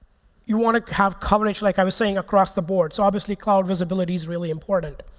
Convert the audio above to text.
you want to have coverage, like i was saying, across the board. so obviously, cloud visibility is really important.